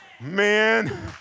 Man